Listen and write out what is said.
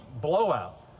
blowout